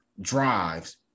drives